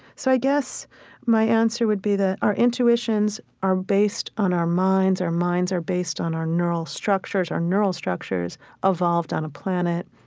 so i guess my answer would be that our intuitions are based on our minds, our minds are based on our neural structures, our neural structures evolved on a planet,